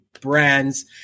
brands